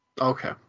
Okay